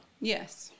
Yes